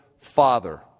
father